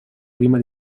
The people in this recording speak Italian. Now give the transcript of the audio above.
prima